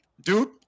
dude